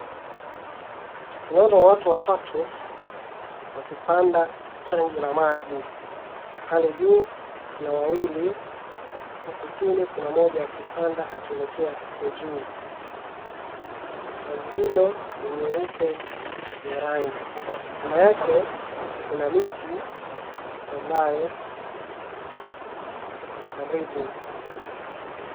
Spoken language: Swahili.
Tunaona watu watatu wakipanda tenki la maji. Pale juu kuna wawili, huku chini kuna mmoja akipanda akielekea huko juu. Tenki hilo ni nyeupe rangi. Nyuma yake kuna miti ambayo iko karibu.